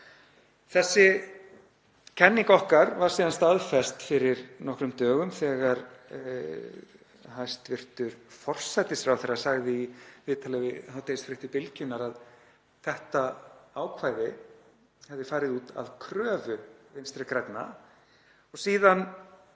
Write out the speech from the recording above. Þessi kenning okkar var síðan staðfest fyrir nokkrum dögum þegar hæstv. forsætisráðherra sagði í viðtali í hádegisfréttum Bylgjunnar að þetta ákvæði hefði farið út að kröfu Vinstri grænna. Síðan